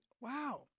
Wow